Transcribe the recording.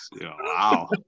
Wow